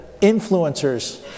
influencers